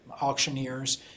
auctioneers